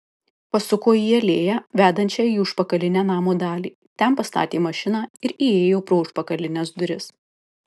pasuko į alėją vedančią į užpakalinę namo dalį ten pastatė mašiną ir įėjo pro užpakalines duris